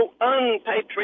unpatriotic